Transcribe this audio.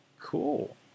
cool